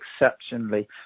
exceptionally